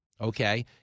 Okay